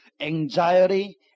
anxiety